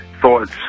Thoughts